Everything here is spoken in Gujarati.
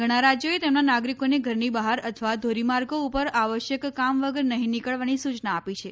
ઘણાં રાજ્યોએ તેમના નાગરિકોને ઘરની બહાર અથવા ધોરીમાર્ગો ઉપર આવશ્યક કામ વગર નહીં નીકળવાની સૂચના આપી છે